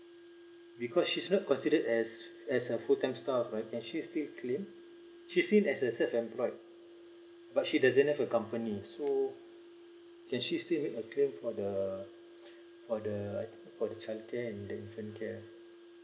because she's not considered as as a full time staff right then can she still claim she sees herself as a self employed but she doesn't have a company so can she's still make a claim for the for the for the childcare and the infant care